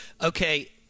Okay